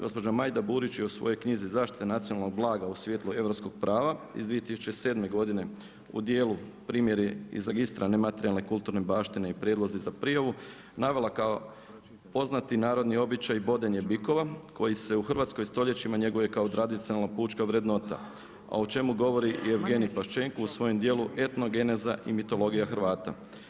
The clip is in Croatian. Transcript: Gospođa Majda Burić je u svojoj knjizi „Zaštita nacionalnog blaga u svjetlu europskog prava“ iz 2007. godine u dijelu Primjeri iz registra nematerijalne kulturne baštine i prijedlozi za prijavu navela kao poznati narodni običaj bodenje bikova koji se u Hrvatskoj stoljećima njeguje kao tradicionalna pučka vrednota a o čemu govori i Jevgenij Paščenko u svom dijelu „Etnogeneza i mitologija Hrvata“